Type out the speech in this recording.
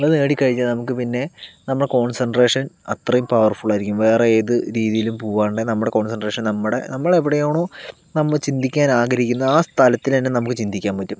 അത് നേടി കഴിഞ്ഞാൽ നമുക്ക് പിന്നെ നമ്മളെ കോൺസെൻട്രേഷൻ അത്രയും പവർഫുൾ ആയിരിക്കും വേറെ ഏത് രീതിയിലും പൂവാണ്ട് നമ്മളെ കോൺസെൻട്രേഷൻ നമ്മുടെ നമ്മൾ എവിടെയാണോ നമ്മള് ചിന്തിക്കാൻ ആഗ്രഹിക്കുന്നത് ആ സ്ഥലത്തിൽ തന്നെ നമുക്ക് ചിന്തിക്കാൻ പറ്റും